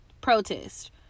protest